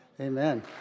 Amen